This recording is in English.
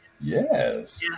Yes